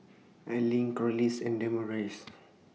Arlyn Corliss and Damaris